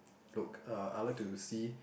look uh I like to see